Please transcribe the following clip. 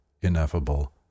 ineffable